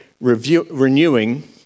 renewing